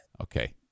Okay